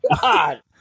God